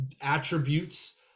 attributes